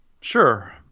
Sure